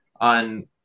on